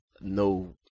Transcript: no